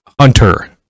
Hunter